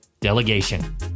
delegation